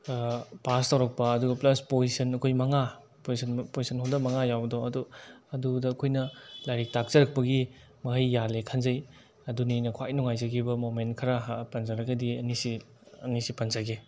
pass ꯇꯧꯔꯛꯄ ꯑꯗꯨꯒ plus position ꯑꯩꯈꯣꯏ ꯃꯉꯥ ꯄꯣꯖꯤꯁꯟ ꯄꯣꯁꯤꯁꯟ ꯍꯣꯜꯗꯔ ꯃꯉꯥ ꯌꯥꯎꯕꯗꯣ ꯑꯗꯨ ꯑꯗꯨꯗ ꯑꯩꯈꯣꯏꯅ ꯂꯥꯏꯔꯤꯛ ꯇꯥꯛꯆꯔꯛꯄꯒꯤ ꯃꯍꯩ ꯌꯥꯜꯂꯦ ꯈꯟꯖꯩ ꯑꯗꯨꯅꯤ ꯑꯩꯅ ꯈ꯭ꯋꯥꯏ ꯅꯨꯡꯉꯥꯏꯖꯈꯤꯕ ꯃꯣꯃꯦꯟ ꯈꯔ ꯄꯟꯖꯔꯒꯗꯤ ꯑꯅꯤꯁꯤ ꯑꯅꯤꯁꯤ ꯄꯟꯖꯒꯦ